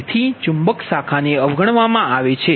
તેથી ચુંબક શાખા ને અવગણવામાં આવે છે